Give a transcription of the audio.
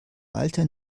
alter